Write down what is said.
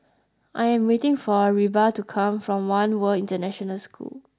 I am waiting for Reba to come from One World International School